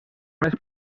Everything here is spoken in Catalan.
més